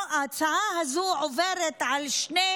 ההצעה הזו עוברת על שני